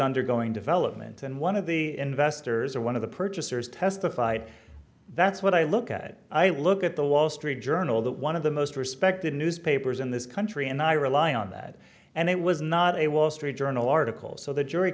undergoing development and one of the investors or one of the purchasers testified that's what i look at i look at the wall street journal that one of the most respected newspapers in this country and i rely on that and it was not a wall street journal article so the jury